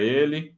ele